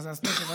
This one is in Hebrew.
אז תכף.